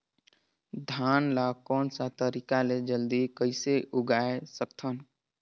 धान ला कोन सा तरीका ले जल्दी कइसे उगाय सकथन?